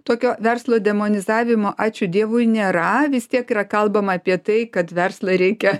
tokio verslo demonizavim ačiū dievui nėra vis tiek yra kalbama apie tai kad verslą reikia